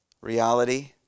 Reality